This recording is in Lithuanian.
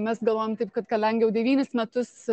mes galvojam taip kad kalengi jau devynis metus